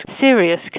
serious